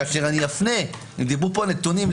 כאשר אני אפנה ודיברו פה על נתונים,